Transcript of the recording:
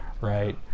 right